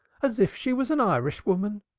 as if she was an irishwoman.